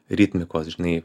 ritmikos žinai